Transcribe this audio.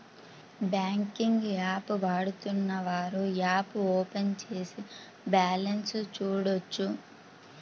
banking app వాడుతున్నవారు app open చేసి balance చూడొచ్చు